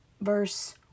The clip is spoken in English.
verse